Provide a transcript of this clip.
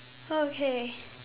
okay